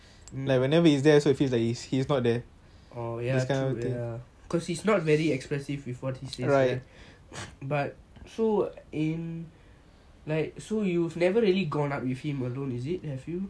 ya true cause he is not very expressive with what he says but ya so in like so you've never really gone out with him alone is it have you